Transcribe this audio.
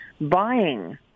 buying